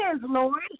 Lord